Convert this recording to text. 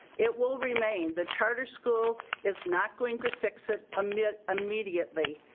it will remain, the charter school is not going to fix it um it immediately.